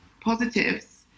positives